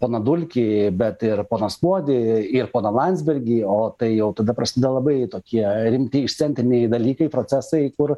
poną dulkį bet ir poną skuodį ir poną landsbergį o tai jau tada prasideda labai tokie rimti išcentriniai dalykai procesai kur